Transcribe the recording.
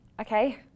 okay